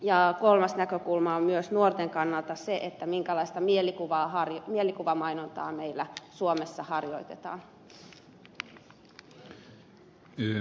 ja kolmas näkökulma nuorten kannalta myös on se minkälaista mielikuvamainontaa meillä suomessa harjoitetaan